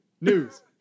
News